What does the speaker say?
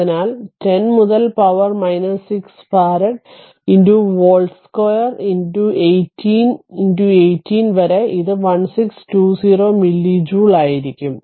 അതിനാൽ 10 മുതൽ power 6 farad volt 2 18 18 വരെ ഇത് 1620 മില്ലി ജൂൾ ആയിരിക്കും